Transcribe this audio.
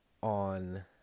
On